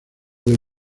del